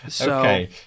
Okay